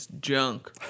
junk